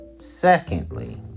Secondly